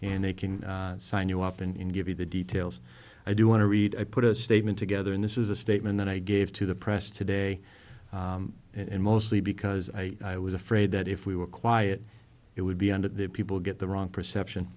and they can sign you up in give you the details i do want to read i put a statement together and this is a statement that i gave to the press today and mostly because i i was afraid that if we were quiet it would be on the people get the wrong perception